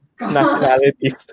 nationalities